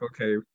okay